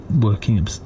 working